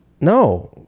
No